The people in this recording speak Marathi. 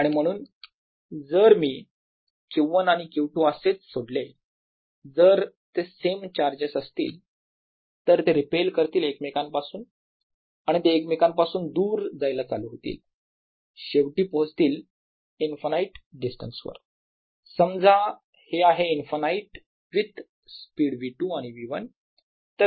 Q214π0Q1Q2r12VQ2r12Q1 आणि म्हणून जर मी Q1 आणि Q2 असेच सोडले जर ते सेम चार्जेस असतील तर ते रिपेल करतील एकमेकांपासून आणि ते एकमेकांपासून दूर जायला चालू होतील व शेवटी पोहोचतील इंफानाईट डिस्टन्स वर समजा हे आहे इंफानाईट विथ स्पीड V2 आणि V1